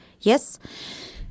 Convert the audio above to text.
Yes